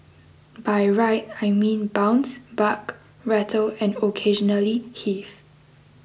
by ride I mean bounce buck rattle and occasionally heave